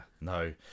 No